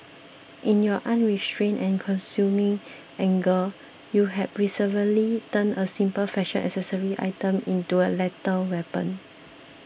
in your unrestrained and consuming anger you had perversely turned a simple fashion accessory item into a lethal weapon